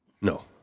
No